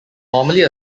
normally